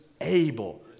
able